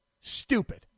stupid